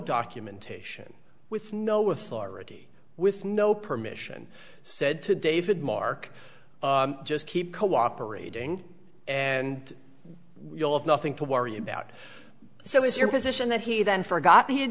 documentation with no authority with no permission said to david mark just keep cooperating and you'll have nothing to worry about so it's your position that he then forgot he had